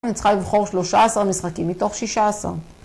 אני צריכה לבחור 13 משחקים מתוך 16.